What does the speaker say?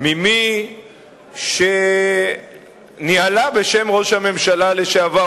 ממי שניהלה בשם ראש הממשלה לשעבר,